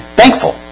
thankful